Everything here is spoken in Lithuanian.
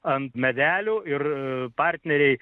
ant medelių ir partneriai